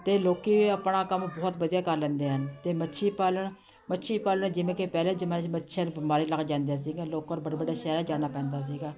ਅਤੇ ਲੋਕੀਂ ਆਪਣਾ ਕੰਮ ਬਹੁਤ ਵਧੀਆ ਕਰ ਲੈਂਦੇ ਹਨ ਅਤੇ ਮੱਛੀ ਪਾਲਣ ਮੱਛੀ ਪਾਲਣ ਜਿਵੇਂ ਕਿ ਪਹਿਲੇ ਜ਼ਮਾਨੇ 'ਚ ਮੱਛੀਆਂ ਨੂੰ ਬਿਮਾਰੀ ਲੱਗ ਜਾਂਦੀਆਂ ਸੀਗੀਆਂ ਲੋਕਾਂ ਨੂੰ ਬੜੇ ਬੜੇ ਸ਼ਹਿਰਾਂ 'ਚ ਜਾਣਾ ਪੈਂਦਾ ਸੀਗਾ